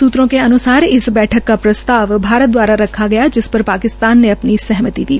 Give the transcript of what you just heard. सुत्रों के अनुसार इस बैठक के प्रस्ताव भारत दवारा रखा गया जिस पर पाकिस्तान ने अपनी सहमति दी